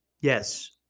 yes